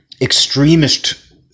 extremist